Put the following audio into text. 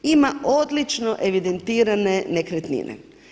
Ima odlično evidentirane nekretnine.